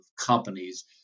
companies